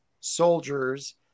soldiers